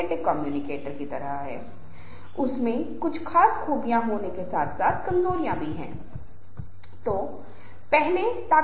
तो ये एक ऐसे व्यक्ति के गुण हैं जो समूह में एक नेता बनने की कोशिश करता है या दूसरों की तुलना में बेहतर माना जाता है